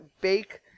bake